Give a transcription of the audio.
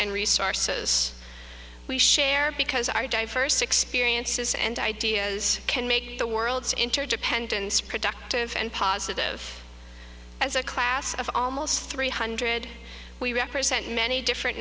and resources we share because our diverse experiences and ideas can make the worlds interdependence productive and positive as a class of almost three hundred we represent many different